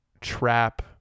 trap